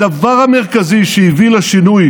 הדבר המרכזי שהביא לשינוי